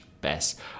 best